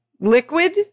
liquid